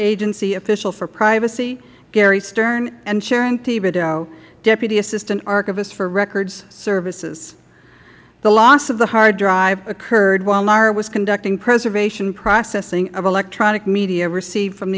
agency official for privacy gary stern and sharon thibodeau deputy assistant archivist for records services the loss of the hard drive occurred while nara was conducting preservation processing of electronic media received from